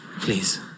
please